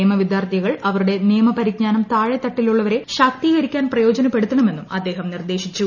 നിയമ വിദ്യാർത്ഥികൾ അവരുടെ നിയമ പരിജ്ഞാനം താഴെത്തട്ടിലുള്ളവരെ ശാക്തീകരിക്കാൻ പ്രയോജനപ്പെടുത്തണമെന്നും അദ്ദേഹം നിർദ്ദേശിച്ചു